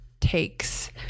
takes